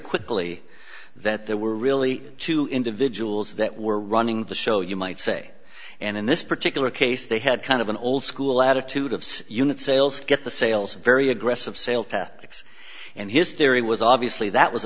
quickly that there were really two individuals that were running the show you might say and in this particular case they had kind of an old school attitude of unit sales get the sales very aggressive sale tactics and his theory was obviously that was